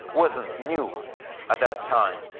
wasn't new at that time,